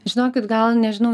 žinokit gal nežinau